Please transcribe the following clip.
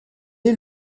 est